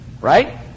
Right